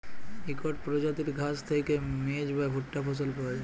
ইকট পরজাতির ঘাঁস থ্যাইকে মেজ বা ভুট্টা ফসল পাউয়া যায়